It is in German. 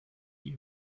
wie